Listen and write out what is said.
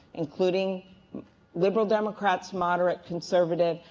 including liberal democrats, moderate conservative,